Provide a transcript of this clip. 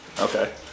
Okay